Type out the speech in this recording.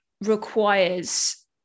requires